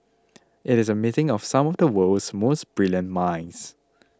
it is a meeting of some of the world's most brilliant minds